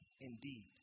indeed